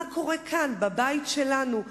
מה קורה כאן, בבית שלנו?